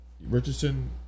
Richardson